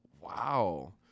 Wow